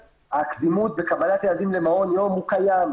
הקדימות וקבלת הילדים למעון ילדים הוא קיים,